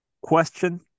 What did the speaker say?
question